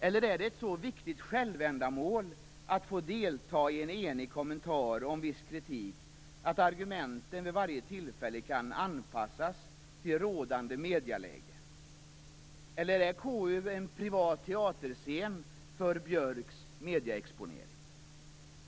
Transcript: Eller är det ett så viktigt självändamål att få delta i en enig kommentar om viss kritik att argumenten vid varje tillfälle kan anpassas till rådande medieläge? Är KU en privat teaterscen för Björcks medieexponering?